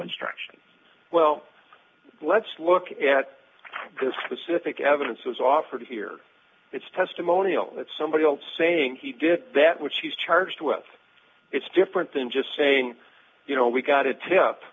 instructions well let's look at this specific evidence was offered here it's testimonial let somebody else saying he did that which he's charged with it's different than just saying you know we got a tip